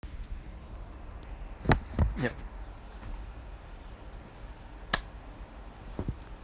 yup